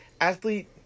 athlete